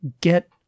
get